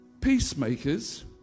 Peacemakers